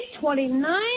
twenty-nine